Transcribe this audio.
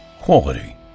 Quality